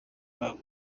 babo